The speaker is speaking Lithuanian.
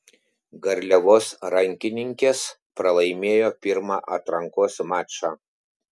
garliavos rankininkės pralaimėjo pirmą atrankos mačą